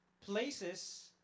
places